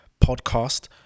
podcast